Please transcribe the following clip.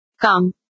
Come